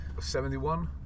71